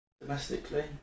domestically